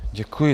Děkuji.